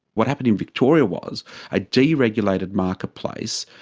what happened in victoria was a deregulated marketplace,